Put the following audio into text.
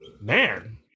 man